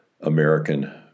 American